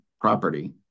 property